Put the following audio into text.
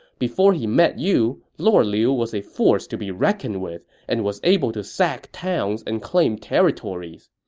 before he met you, lord liu was a force to be reckoned with and was able to sack towns and claim territories.